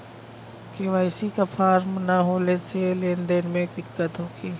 KYC के form न होले से लेन देन में दिक्कत होखी?